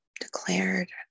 declared